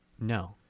No